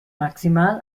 maximal